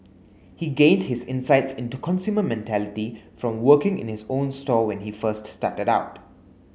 he gained his insights into consumer mentality from working in his own store when he first started out